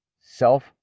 self